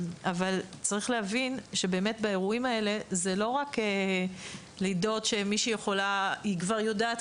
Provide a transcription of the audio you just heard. צריך להבין שבאירועים האלה זה לא רק לידות של מישהי שכבר יודעת